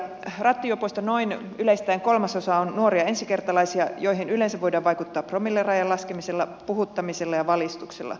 rattijuopoista yleistäen noin kolmasosa on nuoria ensikertalaisia joihin yleensä voidaan vaikuttaa promillerajan laskemisella puhuttamisella ja valistuksella